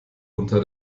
unter